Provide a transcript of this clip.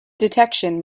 detection